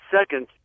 Second